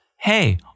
hey